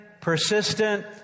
persistent